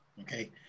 okay